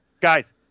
Guys